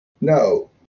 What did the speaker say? No